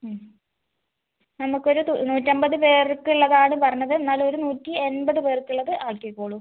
നമുക്ക് ഒരു നൂറ്റൻപത് പേർക്ക് ഉള്ളതാണ് പറഞ്ഞത് എന്നാലും ഒരു നൂറ്റി എൺപത് പേർക്ക് ഉള്ളത് ആക്കിക്കോളൂ